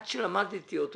עד שלמדתי אותו,